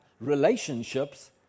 relationships